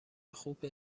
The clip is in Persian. خوب